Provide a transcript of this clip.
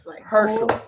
Herschel